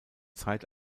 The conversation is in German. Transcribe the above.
zeit